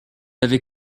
avait